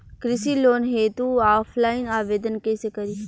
कृषि लोन हेतू ऑफलाइन आवेदन कइसे करि?